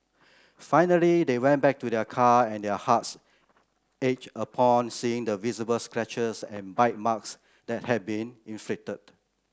finally they went back to their car and their hearts upon seeing the visible scratches and bite marks that had been inflicted